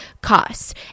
costs